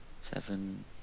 seven